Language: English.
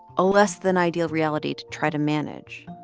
a less than ideal reality to try to manage,